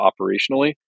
operationally